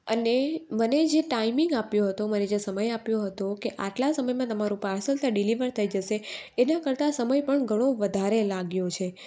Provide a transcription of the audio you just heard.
અને મને જે ટાઈમિંગ આપ્યો હતો મને જે સમય આપ્યો હતો કે આટલા સમયમાં તમારું પાર્સલ ત્યાં ડિલિવર થઈ જશે એના કરતાં સમય પણ ઘણો વધારે લાગ્યો છે